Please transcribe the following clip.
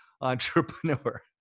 entrepreneur